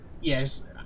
Yes